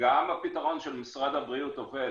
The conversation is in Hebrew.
וגם הפתרון של משרד הבריאות עובד,